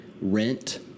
rent